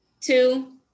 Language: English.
Two